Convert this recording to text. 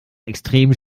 extrem